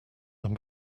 them